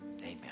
amen